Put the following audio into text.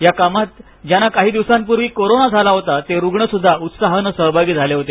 या कामात ज्याना काही दिवसांपूर्वी कोरोना झाला होता ते रुग्ण सुद्धा उत्साहानं सहभागी झाले होते